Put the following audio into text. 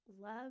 love